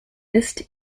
ist